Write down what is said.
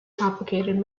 complicated